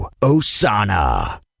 Osana